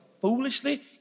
foolishly